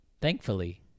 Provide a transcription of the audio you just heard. Thankfully